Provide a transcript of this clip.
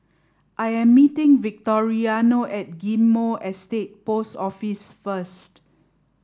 I am meeting Victoriano at Ghim Moh Estate Post Office first